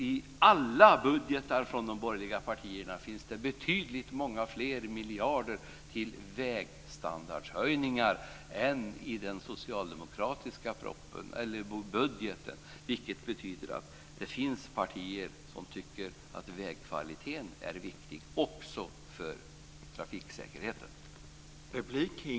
I alla budgetar från de borgerliga partierna finns det betydligt fler miljarder till vägstandardhöjningar än i den socialdemokratiska budgeten. Det betyder att det finns partier som tycker att också vägkvaliteten är viktig för trafiksäkerheten.